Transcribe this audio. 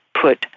put